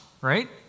right